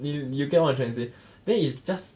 你你有 get what I'm trying to say then it's just